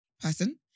person